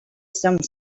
some